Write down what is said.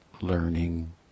learning